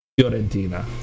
Fiorentina